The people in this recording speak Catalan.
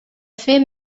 fer